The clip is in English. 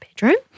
bedroom